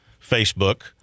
facebook